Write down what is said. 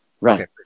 Right